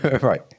Right